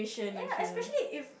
ya especially if